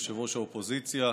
יושב-ראש האופוזיציה,